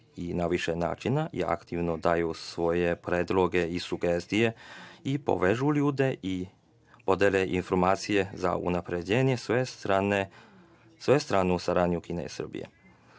i na više načina i aktivno daju svoje predloge i sugestije i povežu ljude, podele informacije za unapređenje sve strane u saradnji Kine i Srbije.